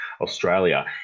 Australia